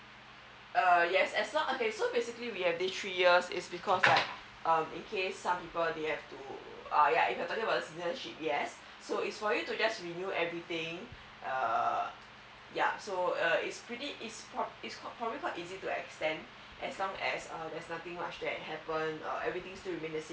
uh yes as long okay so basically we have this three years is because like um in case some people they have to uh yeah if you're talking about the citizenship yes so it's for you just to renew everything uh yeah uh so it's pretty it's probably called easy to extend as long as there's nothing much that happened everything still remains the same